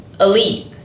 elite